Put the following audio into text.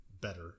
better